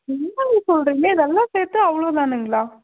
என்னங்க சொல்லுறீங்க இது எல்லாம் சேர்த்து அவ்வளோதானுங்களா